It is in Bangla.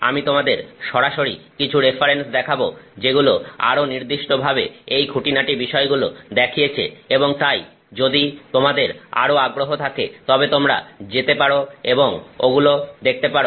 আমি তোমাদের সরাসরি কিছু রেফারেন্স দেখাবো যেগুলো আরও নির্দিষ্টভাবে এই খুঁটিনাটি বিষয়গুলো দেখিয়েছে এবং তাই যদি তোমাদের আরও আগ্রহ থাকে তবে তোমরা যেতে পারো এবং ওগুলো দেখতে পারো